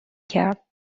کرد